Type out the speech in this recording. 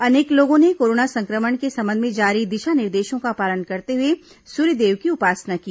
अनेक लोगों ने कोरोना संक्रमण के संबंध में जारी दिशा निर्देशों का पालन करते हुए सूर्यदेव की उपासना की